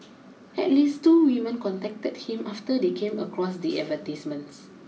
at least two women contacted him after they came across the advertisements